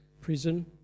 prison